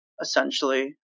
essentially